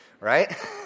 right